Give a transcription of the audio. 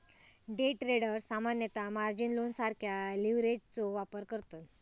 day traders सामान्यतः margin लोनसारख्या लीव्हरेजचो वापर करतत